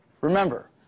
Remember